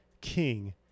king